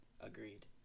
Agreed